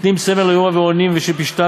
ונותנין צמר ליורה ואונין של פשתן